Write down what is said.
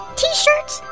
t-shirts